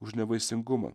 už nevaisingumą